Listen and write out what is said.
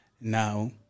Now